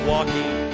Walking